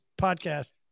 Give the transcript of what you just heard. podcast